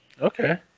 okay